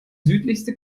südlichste